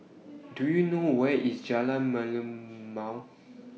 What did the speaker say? Do YOU know Where IS Jalan Merlimau